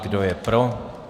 Kdo je pro?